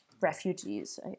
refugees